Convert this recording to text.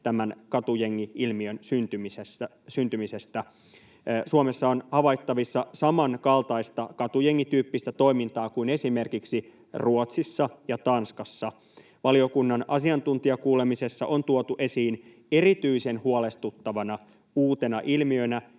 tämän katujengi-ilmiön syntymisestä. Suomessa on havaittavissa samankaltaista katujengityyppistä toimintaa kuin esimerkiksi Ruotsissa ja Tanskassa. Valiokunnan asiantuntijakuulemisessa on tuotu esiin erityisen huolestuttavana uutena ilmiönä